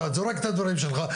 אתה זורק את הדברים שלך,